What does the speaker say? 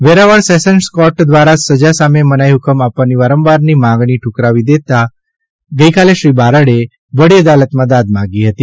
Veraval sessions court દ્વારા સજા સામે મનાઇ હુકમ આપવાની વારંવારની માગણી હુકરાવી દેવાતા ગઇકાલે શ્રી બારડે વડી અદાલતમાં દાદ માગી હતી